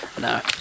No